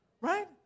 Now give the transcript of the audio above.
Right